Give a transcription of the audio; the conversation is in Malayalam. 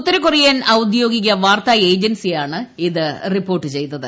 ഉത്തരകൊറിയൻ ഔദ്യോഗിക വാർത്താ ഏജൻസിയാണ് ഇത് റിപ്പോർട്ട് ചെയ്തത്